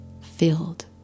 filled